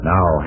Now